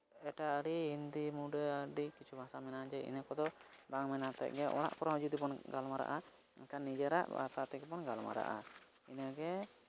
ᱮᱴᱟᱜ ᱟᱹᱰᱤ ᱦᱤᱱᱫᱤ ᱢᱩᱸᱰᱟᱹ ᱟᱹᱰᱤ ᱠᱤᱪᱷᱩ ᱵᱷᱟᱥᱟ ᱢᱮᱱᱟᱜᱼᱟ ᱡᱮ ᱤᱱᱟᱹ ᱠᱚᱫᱚ ᱵᱟᱝ ᱚᱲᱟᱜ ᱠᱚᱨᱮᱦᱚᱸ ᱡᱩᱫᱤᱵᱚᱱ ᱜᱟᱞᱢᱟᱨᱟᱜᱼᱟ ᱮᱱᱠᱷᱟᱱ ᱱᱤᱡᱮᱨᱟᱜ ᱵᱷᱟᱥᱟ ᱛᱮᱜᱮ ᱵᱚᱱ ᱜᱟᱞᱢᱟᱨᱟᱜᱼᱟ ᱤᱱᱟᱹᱜᱮ